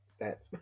stats